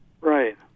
Right